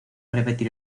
repetir